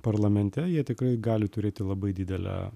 parlamente jie tikrai gali turėti labai didelę